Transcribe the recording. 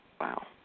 Wow